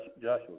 Joshua